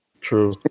True